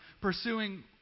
pursuing